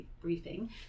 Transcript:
briefing